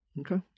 Okay